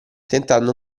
tentando